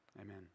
Amen